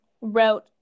wrote